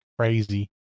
crazy